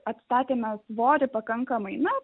atstatėme svorį pakankamai na